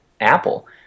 Apple